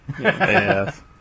Yes